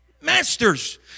Masters